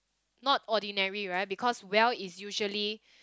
not ordinary right because well is usually